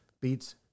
beats